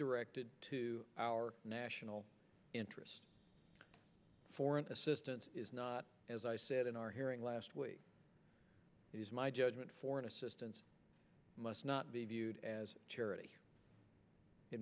directed to our national interests foreign assistance is not as i said in our hearing last week it is my judgment foreign assistance must not be viewed as charity it